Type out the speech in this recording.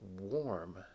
warm